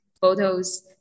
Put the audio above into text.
photos